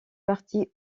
partie